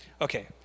Okay